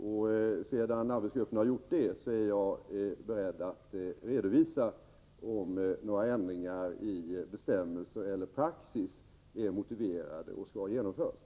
Först när arbetsgruppen har gjort detta är jag beredd att redovisa om några ändringar i bestämmelser eller praxis är motiverade och skall genomföras.